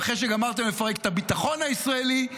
ואחרי שגמרתם לפרק את הביטחון הישראלי,